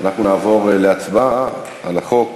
אנחנו נעבור להצבעה על החוק.